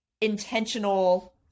intentional